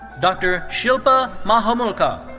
dr. shilpa mahamulkar.